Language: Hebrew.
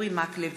אורי מקלב,